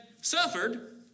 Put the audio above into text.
suffered